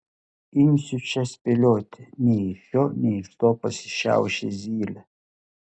imsiu čia spėlioti nei iš šio nei iš to pasišiaušė zylė